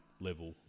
level